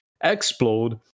explode